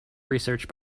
research